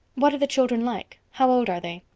what are the children like? how old are they?